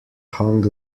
hung